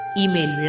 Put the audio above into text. email